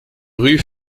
rue